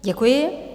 Děkuji.